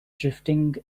drifting